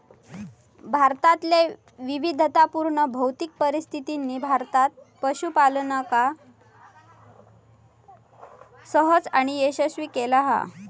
भारतातल्या विविधतापुर्ण भौतिक परिस्थितीनी भारतात पशूपालनका सहज आणि यशस्वी केला हा